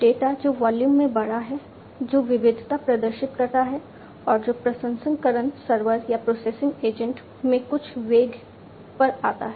data जो volume में बड़ा है जो विविधता प्रदर्शित करता है और जो प्रसंस्करण सर्वर या प्रोसेसिंग एजेंट में उच्च वेग पर आता है